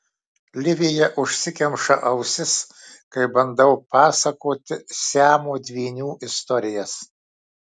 livija užsikemša ausis kai bandau pasakoti siamo dvynių istorijas